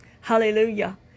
Hallelujah